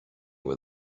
with